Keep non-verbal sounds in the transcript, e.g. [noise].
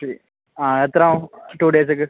[unintelligible] എത്ര ആകും ടു ഡേയ്സിക്ക്